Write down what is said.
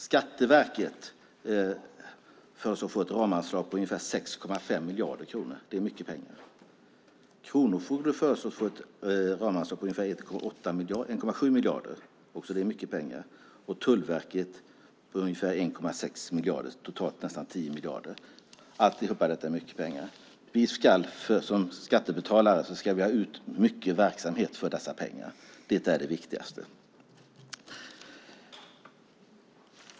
Skatteverket föreslås få ett ramanslag på ungefär 6,5 miljarder kronor. Det är mycket pengar. Kronofogden föreslås få ett ramanslag på ungefär 1,7 miljarder. Också det är mycket pengar. Tullverket föreslås få ungefär 1,6 miljarder. Totalt är det alltså nästan 10 miljarder. Allt detta är mycket pengar. Som skattebetalare ska vi ha ut mycket verksamhet för dessa pengar. Det är det viktigaste.